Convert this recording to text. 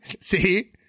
See